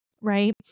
right